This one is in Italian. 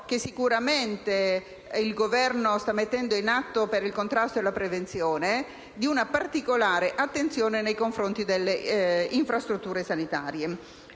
che sicuramente il Governo sta mettendo in atto per il contrasto e la prevenzione, di una particolare attenzione nei confronti delle infrastrutture sanitarie.